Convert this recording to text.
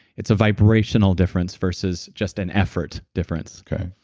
it's a vibrational difference versus just an effort difference okay,